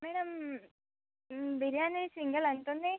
madam biryani single ఎంతుంది